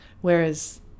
whereas